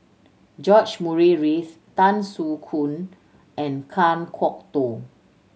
George Murray Reith Tan Soo Khoon and Kan Kwok Toh